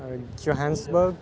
Johannesburg